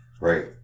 Right